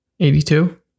82